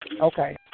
Okay